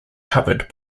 covered